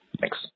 Thanks